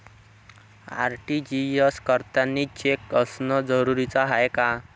RTGS करतांनी cheque असनं जरुरीच हाय का?